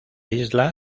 isla